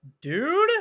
Dude